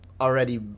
already